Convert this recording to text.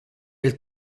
del